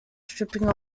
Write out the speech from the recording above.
stripping